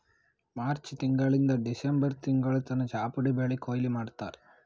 March ತಿಂಗಳಿಂದ್ December ತಿಂಗಳ್ ತನ ಚಾಪುಡಿ ಬೆಳಿ ಕೊಯ್ಲಿ ಮಾಡ್ತಾರ್